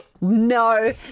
No